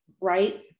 right